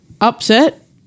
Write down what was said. upset